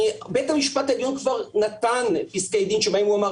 בית המשפט העליון כבר נתן פסקי דין שבהם הוא אמר: